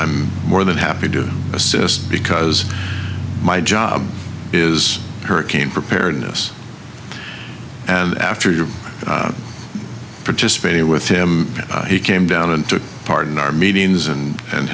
i'm more than happy to assist because my job is hurricane preparedness and after you're participating with him he came down and took part in our meetings and and